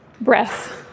breath